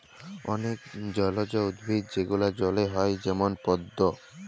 অলেক জলজ উদ্ভিদ যেগলা জলে হ্যয় যেমল পদ্দ